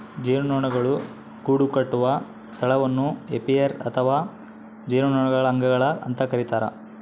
ಜೇನುನೊಣಗಳು ಗೂಡುಕಟ್ಟುವ ಸ್ಥಳವನ್ನು ಏಪಿಯರಿ ಅಥವಾ ಜೇನುನೊಣಗಳ ಅಂಗಳ ಅಂತ ಕರಿತಾರ